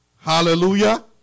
Hallelujah